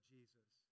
Jesus